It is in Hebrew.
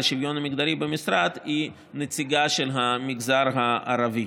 השוויון המגדרי במשרד היא נציגה של המגזר הערבי.